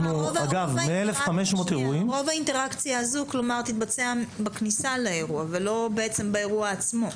בעצם רוב האינטראקציה הזו תתבצע בניסה לאירוע ולא באירוע עצמו?